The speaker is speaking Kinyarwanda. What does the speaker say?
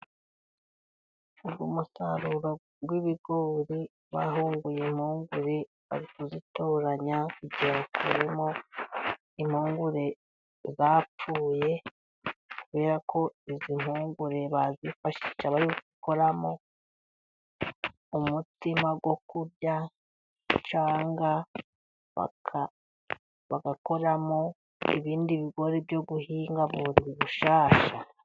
Uwo musaruro w'ibigori bahunguye impungure bari kuzitoranya kugira ngo bakuremo impungure zapfuye, kubera ko izi mpungure bazifashisha bari gukoramo umutsima wo kurya, cyanngwa bagakoramo ibindi bigori byo guhinga bundi bushyashya.